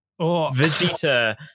Vegeta